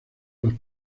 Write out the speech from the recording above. las